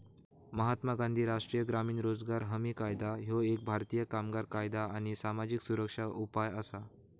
महात्मा गांधी राष्ट्रीय ग्रामीण रोजगार हमी कायदा ह्यो एक भारतीय कामगार कायदा आणि सामाजिक सुरक्षा उपाय असा